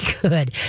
good